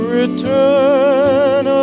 return